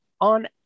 on